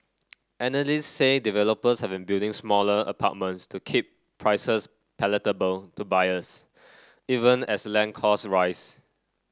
analysts say developers have been building smaller apartments to keep prices palatable to buyers even as land costs rise